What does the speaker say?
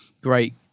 great